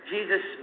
Jesus